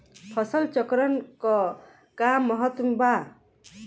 फसल चक्रण क का महत्त्व बा?